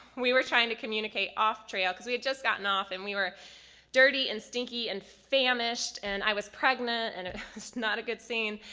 we were trying to communicate off-trail cause we had just gotten off and we were dirty and stinky and famished and i was pregnant and ah not a good scene.